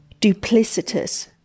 duplicitous